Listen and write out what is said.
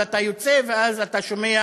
אבל אתה יוצא ואז אתה שומע